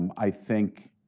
i think